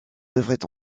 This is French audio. devraient